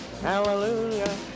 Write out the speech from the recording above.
Hallelujah